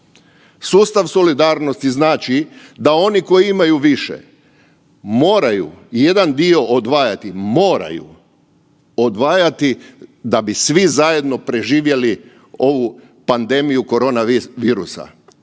Sustav solidarnosti znači da oni koji imaju više moraju jedan dio odvajati, moraju odvajati da bi svi zajedno preživjeli ovu pandemiju korona virusa.